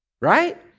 right